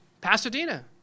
Pasadena